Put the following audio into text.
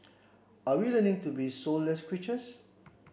are we learning to be soulless creatures